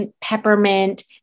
peppermint